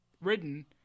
Written